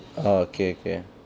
orh okay okay